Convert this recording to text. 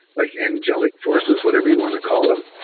like angelic forces, whatever you want to call them.